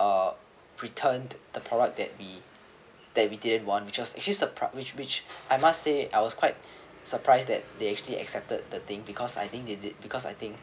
uh returned the product that we that we didn't want which was actually surp~ which which I must say I was quite surprised that they actually accepted the thing because I think they did because I think